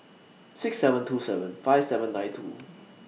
six seven two seven five seven nine two